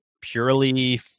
purely